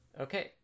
Okay